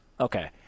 okay